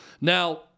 Now